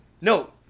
No